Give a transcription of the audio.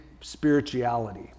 spirituality